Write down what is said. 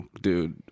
dude